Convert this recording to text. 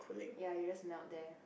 ya you just melt there